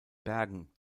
bergen